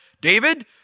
David